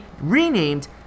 renamed